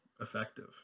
effective